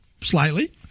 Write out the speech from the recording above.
slightly